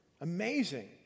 Amazing